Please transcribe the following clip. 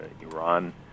Iran